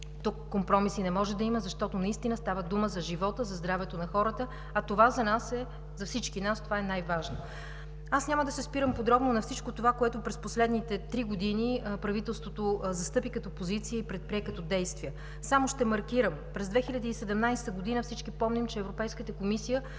Тук компромиси не може да има, защото наистина става дума за живота, за здравето на хората, а за всички нас това е най-важно. Няма да се спирам подробно на всичко това, което през последните три години правителството застъпи като позиции и предприе като действия. Само ще маркирам: през 2017 г. всички помним, че Европейската комисия